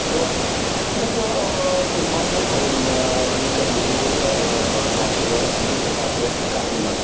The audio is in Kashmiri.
تہٕ مےٚ چھِ ٲں واریاہ یِم ٲں یِم کٔرمٕتۍ یوٗز ٲں سافٹویرٕز ڈِجٹل سافٹویرٕز ڈرٛاینٛگہِ منٛز